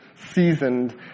Seasoned